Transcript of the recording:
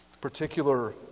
particular